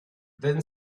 then